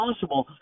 possible